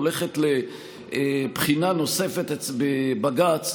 הולכת לבחינה נוספת בבג"ץ,